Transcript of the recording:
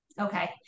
Okay